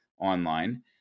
online